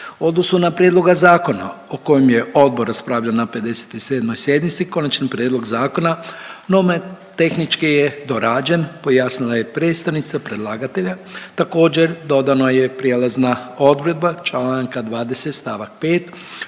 odnosu na prijedloga zakona o kojem je odbor raspravljao na 57. sjednici, Konačni prijedlog zakona nomotehnički je dorađen, pojasnila je predstavnica predlagatelja, također dodano je prijelazna odredba čl. 20. st. 5.